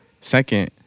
Second